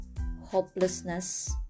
hopelessness